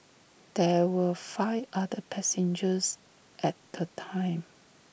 there were five other passengers at the time